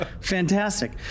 Fantastic